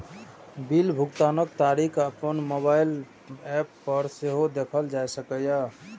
bill भुगतानक तारीख अपन मोबाइल एप पर सेहो देखल जा सकैए